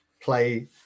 play